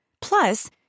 Plus